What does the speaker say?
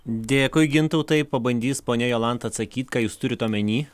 dėkui gintautai pabandys ponia jolanta atsakyt ką jūs turit omenyje